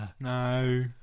No